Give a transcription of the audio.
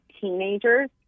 teenagers